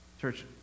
Church